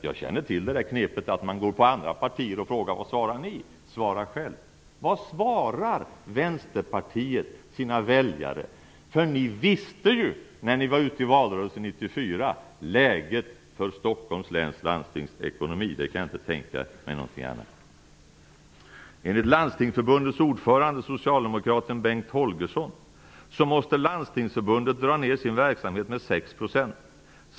Jag känner till det där knepet att gå på andra partier och fråga: Vad svarar ni? Svara själv! Vad svarar Vänsterpartiet sina väljare? Ni visste ju, när ni var ute i valrörelsen 1994, läget för Stockholms läns landstings ekonomi. Jag kan inte tänka mig något annat. Enligt Landstingsförbundets ordförande, socialdemokraten Bengt Holgersson, måste Landstingsförbundet dra ned sin verksamhet med 6 %.